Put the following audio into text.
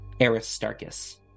Aristarchus